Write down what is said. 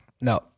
No